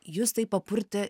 jus taip papurtė